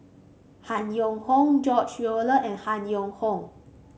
Han Yong Hong George Collyer and Han Yong Hong